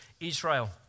Israel